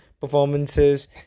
performances